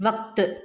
वक़्तु